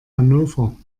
hannover